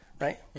right